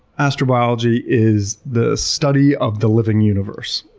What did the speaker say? astrobiology is the study of the living universe.